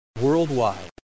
worldwide